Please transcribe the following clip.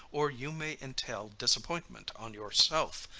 or you may entail disappointment on yourself,